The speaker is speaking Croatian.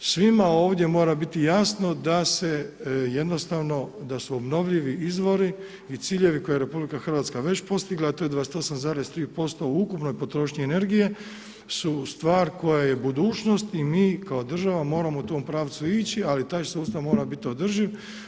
Svi ovdje mora biti jasno da se, jednostavno da su obnovljivi izvori i ciljevi koje je RH već postigla a to je 28,3% u ukupnoj potrošnji energije su stvar koja je budućnost i mi kao država moramo u tom pravcu ići ali taj sustav mora biti održiv.